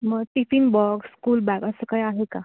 मग tiffin box school bag असं काही आहे का